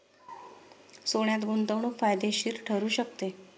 सोन्यात गुंतवणूक फायदेशीर ठरू शकते